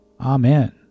Amen